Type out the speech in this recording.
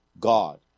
God